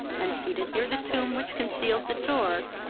and seated near the tomb which concealed the door,